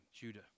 Judah